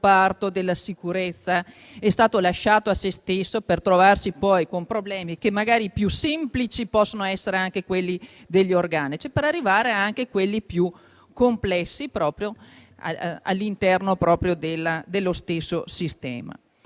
il comparto della sicurezza è stato lasciato a sé stesso per trovarsi poi con problemi dai più semplici, come possono essere quelli degli organici, per arrivare anche a quelli più complessi all'interno dello stesso sistema.